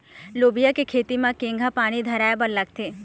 लोबिया के खेती म केघा पानी धराएबर लागथे?